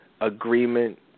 agreement